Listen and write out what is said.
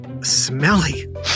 smelly